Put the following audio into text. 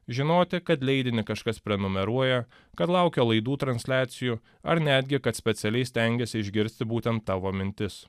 žinoti kad leidinį kažkas prenumeruoja kad laukia laidų transliacijų ar netgi kad specialiai stengiasi išgirsti būtent tavo mintis